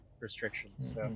restrictions